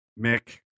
Mick